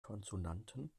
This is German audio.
konsonanten